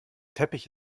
teppich